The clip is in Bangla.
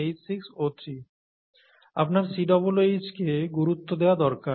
আপনার COOH কে গুরুত্ব দেওয়া দরকার